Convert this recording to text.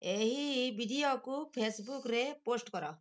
ଏହି ଭିଡ଼ିଓକୁ ଫେସ୍ବୁକ୍ରେ ପୋଷ୍ଟ କର